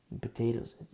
Potatoes